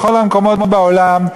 בכל המקומות בעולם,